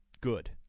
good